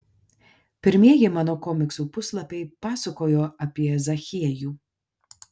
pirmieji mano komiksų puslapiai pasakojo apie zachiejų